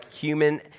human